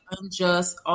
unjust